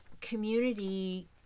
community